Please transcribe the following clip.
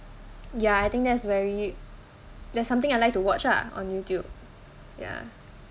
ya I think that's very that's something I like to watch lah on youtube ya